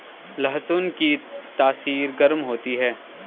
लहसुन की तासीर गर्म होती है